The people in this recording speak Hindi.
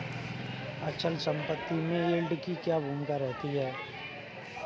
अचल संपत्ति में यील्ड की क्या भूमिका रहती है?